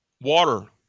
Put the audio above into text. water